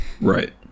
Right